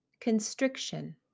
Constriction